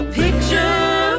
picture